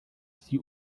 sie